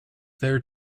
there